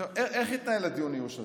עכשיו, איך יתנהל דיון האיוש הזה?